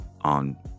on